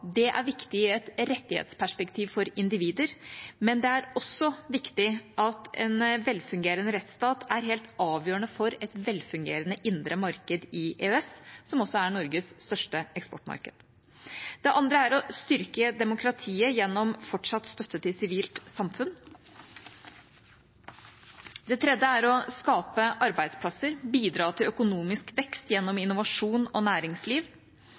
Det er i et rettighetsperspektiv viktig for individer, men en velfungerende rettsstat er også helt avgjørende for et velfungerende indre marked i EØS, som også er Norges største eksportmarked. Det andre er å styrke demokratiet gjennom fortsatt støtte til sivilt samfunn. Det tredje er å skape arbeidsplasser og bidra til økonomisk vekst gjennom innovasjon og næringsliv.